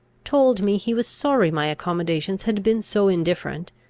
told me he was sorry my accommodations had been so indifferent,